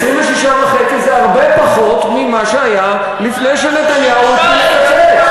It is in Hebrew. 26.5% זה הרבה פחות ממה שהיה לפני שנתניהו החליט לקצץ.